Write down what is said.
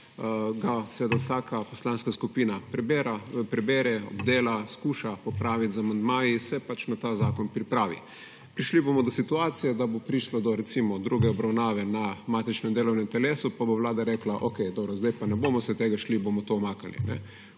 ga seveda vsaka poslanska skupina prebere, obdela, skuša popraviti z amandmaji, se pač na ta zakon pripravi. Prišli bomo do situacije, da bo prišlo do druge obravnave na matičnem delovnem telesu, pa bo vlada rekla – okej, dobro, zdaj pa se ne bomo tega šli, bomo to umaknili.